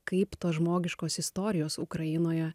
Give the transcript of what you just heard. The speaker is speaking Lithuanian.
kaip tos žmogiškos istorijos ukrainoje